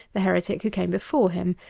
the heretic who came before him,